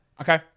Okay